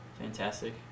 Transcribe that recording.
Fantastic